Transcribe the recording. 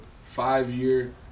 five-year